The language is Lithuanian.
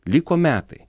liko metai